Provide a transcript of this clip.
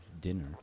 dinner